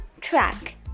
track